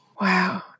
Wow